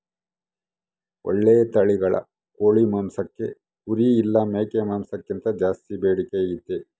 ಓಳ್ಳೆ ತಳಿಗಳ ಕೋಳಿ ಮಾಂಸಕ್ಕ ಕುರಿ ಇಲ್ಲ ಮೇಕೆ ಮಾಂಸಕ್ಕಿಂತ ಜಾಸ್ಸಿ ಬೇಡಿಕೆ ಐತೆ